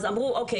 אז אמרו - אוקי,